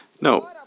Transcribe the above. No